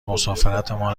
مسافرتمان